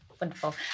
wonderful